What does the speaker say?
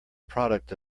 product